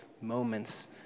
moments